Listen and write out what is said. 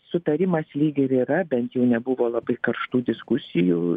sutarimas lyg ir yra bent jau nebuvo labai karštų diskusijų